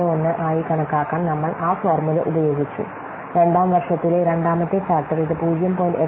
9091 ആയി കണക്കാക്കാൻ നമ്മൾ ആ ഫോർമുല ഉപയോഗിച്ചു രണ്ടാം വർഷത്തിലെ രണ്ടാമത്തെ ഫാക്ടർ ഇത് 0